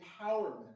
empowerment